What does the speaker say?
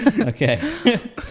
Okay